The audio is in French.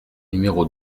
numéro